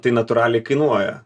tai natūraliai kainuoja